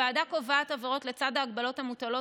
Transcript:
הוועדה קובעת עבירות לצד ההגבלות המוטלות